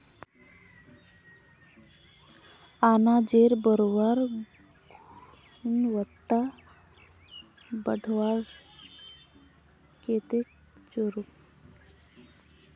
अनाजेर गुणवत्ता बढ़वार केते की करूम?